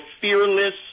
fearless